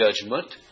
judgment